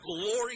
glory